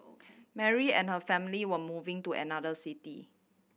Mary and her family were moving to another city